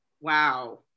Wow